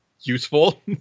useful